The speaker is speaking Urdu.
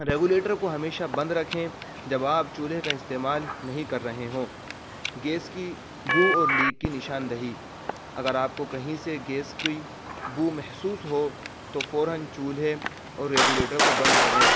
ریگولیٹر کو ہمیشہ بند رکھیں جب آپ چولہے کا استعمال نہیں کر رہے ہوں گیس کی بو اور لیک کی نشاندہی اگر آپ کو کہیں سے گیس کی بو محسوس ہو تو فورا چولہے اور ریگولیٹر کو بند کریں